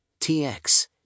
TX